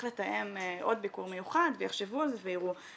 לתאם עוד ביקור מיוחד ויחשבו על זה ויראו.